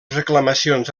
reclamacions